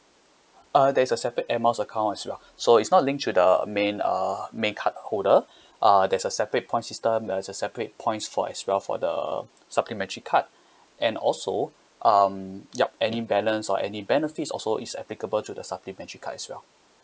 uh there is a separate air miles accounts as well so it's not linked to the main uh main card holder uh there's a separate point system uh a separate points for as well for the supplementary card and also um yup any balance or any benefits also is applicable to the supplementary card as well